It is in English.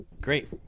great